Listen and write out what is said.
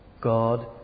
God